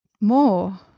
more